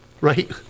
right